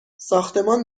ساختمان